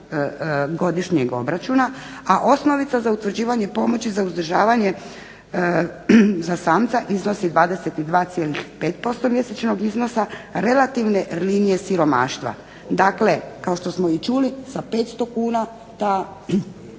godišnjeg obračuna, a osnovica za utvrđivanje pomoći za uzdržavanje za samca iznosi 22,5% mjesečnog iznosa, relativne linije siromaštva. Dakle, kao i što smo čuli sa 500 kn ta